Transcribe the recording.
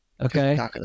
Okay